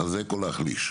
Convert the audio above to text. לחזק או להחליש.